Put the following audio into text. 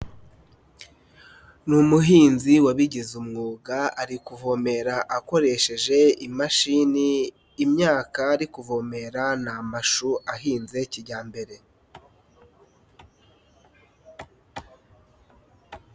Ni umuhinzi wabigize umwuga ari kuvomera akoresheje imashini, imyaka ari kuvomera ni amashu ahinze kijyambere.